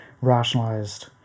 rationalized